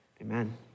amen